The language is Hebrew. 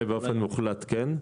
באופן מוחלט, כן.